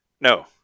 no